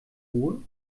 ruhr